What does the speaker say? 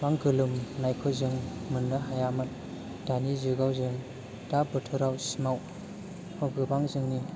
गोबां गोलोमनायखौ जों मोननो हायामोन दानि जुगयाव जों दा बोथोर सिमाव गोबां जोंनि